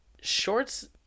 shorts